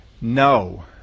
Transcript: No